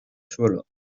suelo